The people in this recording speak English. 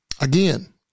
Again